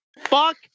Fuck